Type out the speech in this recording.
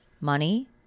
money